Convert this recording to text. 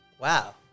Wow